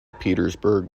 petersburg